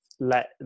Let